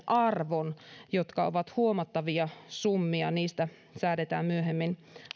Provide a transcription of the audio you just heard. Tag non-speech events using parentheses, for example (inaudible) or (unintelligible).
(unintelligible) arvon ja ne ovat huomattavia summia niistä säädetään myöhemmin